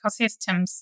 ecosystems